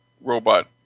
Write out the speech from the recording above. robot